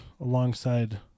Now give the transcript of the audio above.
alongside